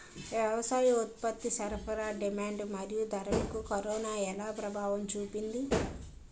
వ్యవసాయ ఉత్పత్తి సరఫరా డిమాండ్ మరియు ధరలకు కరోనా ఎలా ప్రభావం చూపింది